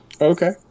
Okay